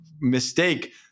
mistake